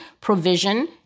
provision